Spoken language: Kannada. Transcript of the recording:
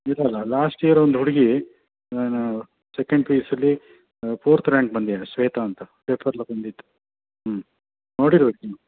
ಇಲ್ಲಲ್ಲ ಲಾಸ್ಟ್ ಇಯರ್ ಒಂದು ಹುಡುಗಿ ಸೆಕೆಂಡ್ ಪಿ ಯು ಸಿಲಿ ಫೋರ್ತ್ ರ್ಯಾಂಕ್ ಬಂದಿದ್ದಾಳೆ ಶ್ವೇತಾ ಅಂತ ಪೇಪರಲ್ಲಿ ಬಂದಿತ್ತು ಹ್ಞೂ ನೋಡಿರಬೇಕು ನೀವು